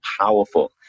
powerful